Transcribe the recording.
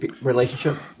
relationship